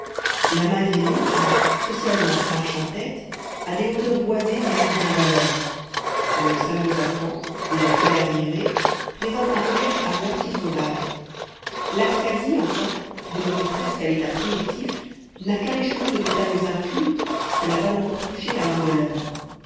la mingrélie qui socialement marche en tête a des hauteurs boisées et mises en valeur le samourzakan déjà plus arriéré présente un relief à moitié sauvage l'abkasie enfin demeurée presque à l'état primitif n'a qu'un écheveau de montagnes incultes que n'a pas encore touché la main de l'homme